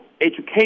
education